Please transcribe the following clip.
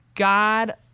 God